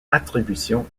attribution